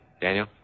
Daniel